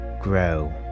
grow